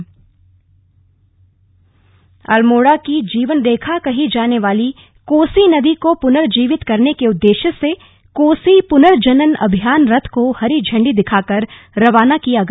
रवाना अल्मोड़ा की जीवनरेखा कही जाने वाली कोसी नदी को पुनर्जीवित करने के उद्देश्य से कोसी पुर्नजनन अभियान रथ को हरी झण्डी दिखाकर रवाना किया गया